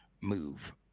move